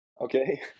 okay